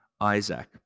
Isaac